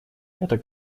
это